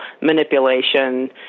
manipulation